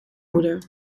moeder